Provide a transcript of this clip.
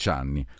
anni